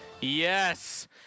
Yes